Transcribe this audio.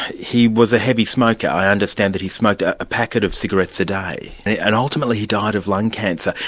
he was a heavy smoker i understand that he smoked a packet of cigarettes a day, and ultimately he died of lung cancer.